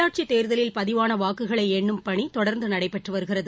உள்ளாட்சி தேர்தலில் பதிவான வாக்குகளை எண்ணும் பணி தொடர்ந்து நடைபெற்று வருகிறது